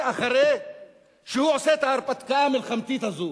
אחרי שהוא עושה את ההרפתקה המלחמתית הזאת,